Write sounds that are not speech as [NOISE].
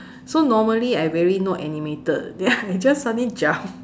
so normally I very not animated then I just suddenly jump [LAUGHS]